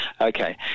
Okay